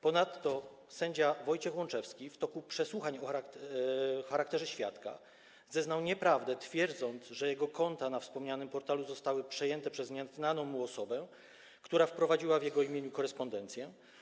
Ponadto sędzia Wojciech Łączewski w toku przesłuchań w charakterze świadka zeznał nieprawdę, bo twierdził, że jego konta na wspomnianym portalu zostały przejęte przez nieznaną mu osobę, która prowadziła w jego imieniu korespondencję.